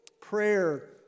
prayer